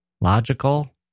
Logical